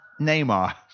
Neymar